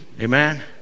Amen